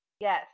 Yes